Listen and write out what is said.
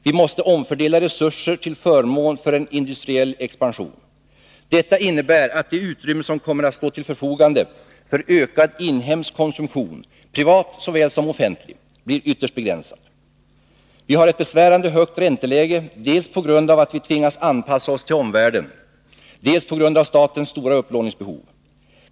Vi måste omfördela resurser till förmån för en industriell expansion. Detta innebär att det utrymme som kommer att stå till förfogande för ökad inhemsk konsumtion, privat såväl som offentlig, blir ytterst begränsat. Vi har ett besvärande högt ränteläge, dels på grund av att vi tvingas anpassa oss till omvärlden, dels på grund av statens stora upplåningsbehov.